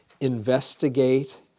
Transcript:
Investigate